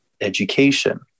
education